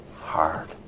hard